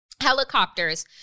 helicopters